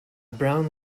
brown